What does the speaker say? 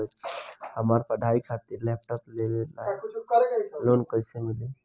हमार पढ़ाई खातिर लैपटाप लेवे ला लोन कैसे मिली?